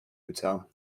hotel